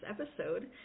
episode